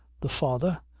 the father,